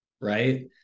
right